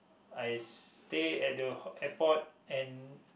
I stay at the airport and